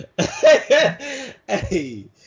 Hey